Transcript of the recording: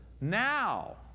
Now